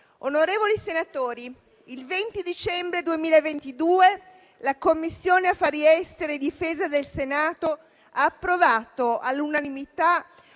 Onorevoli senatori, il 20 dicembre 2022, la Commissione affari esteri e difesa del Senato ha approvato all'unanimità una